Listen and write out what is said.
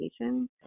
education